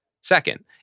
second